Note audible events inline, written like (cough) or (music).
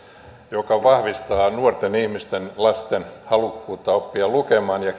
mikä vahvistaa nuorten ihmisten lasten halukkuutta oppia lukemaan ja (unintelligible)